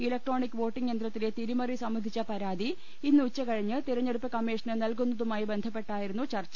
electronic voting യന്ത്രത്തിലെ തിരിമറി സംബ ന്ധിച്ച പരാതി ഇന്നുച്ച കഴിഞ്ഞ് തിരഞ്ഞെടുപ്പ് കമ്മീഷന് നൽകു ന്നതുമായി ബന്ധപ്പെട്ടായിരുന്നു ചർച്ച